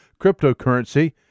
cryptocurrency